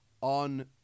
on